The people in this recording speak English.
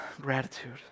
gratitude